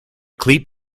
cleat